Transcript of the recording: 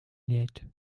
late